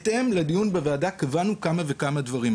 בהתאם לדיון בוועדה, קבענו כמה וכמה דברים.